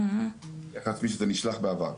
על אף שזה נשלח בעבר.